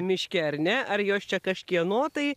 miške ar ne ar jos čia kažkieno tai